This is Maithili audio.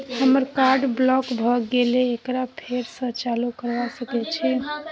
हमर कार्ड ब्लॉक भ गेले एकरा फेर स चालू करबा सके छि?